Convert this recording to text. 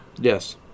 Yes